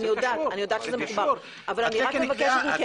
אני יודעת שזה מחובר, אבל אני רק מבקשת מכם.